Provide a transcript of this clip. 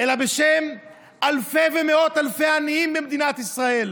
אלא בשם אלפי ומאות אלפי עניים במדינת ישראל,